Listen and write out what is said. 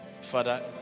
Father